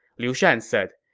liu shan said,